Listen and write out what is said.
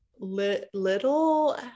little